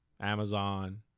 Amazon